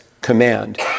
command